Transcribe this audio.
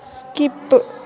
skip